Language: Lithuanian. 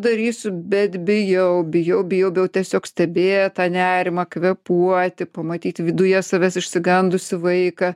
darysiu bet bijau bijau bijau tiesiog stebėt tą nerimą kvėpuoti pamatyti viduje savęs išsigandusį vaiką